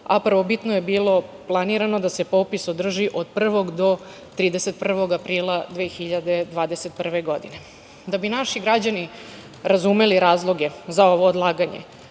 Prvobitno je bilo planirano da se popis održi od 1. do 31. aprila 2021. godine. Da bi naši građani razumeli razloge za ovo odlaganje,